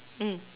mm